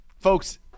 folks